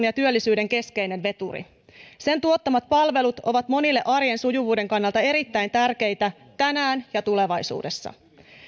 ja työllisyyden keskeinen veturi sen tuottamat palvelut ovat monille arjen sujuvuuden kannalta erittäin tärkeitä tänään ja tulevaisuudessa